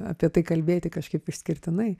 apie tai kalbėti kažkaip išskirtinai